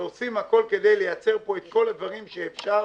ועושים הכול כדי לייצר פה את כל הדברים שאפשר,